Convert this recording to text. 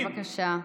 בבקשה.